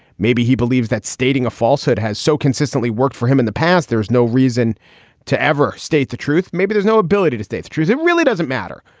maybe he believes that stating a falsehood has so consistently worked for him in the past. there's no reason to ever state the truth. maybe there's no ability to state the truth. it really doesn't matter.